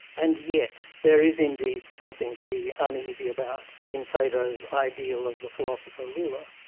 and yet there is indeed something to be uneasy about in plato's ideal of the philosopher-ruler.